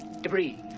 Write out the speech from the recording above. Debris